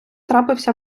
трапився